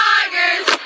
Tigers